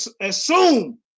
assume